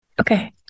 Okay